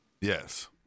Yes